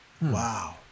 Wow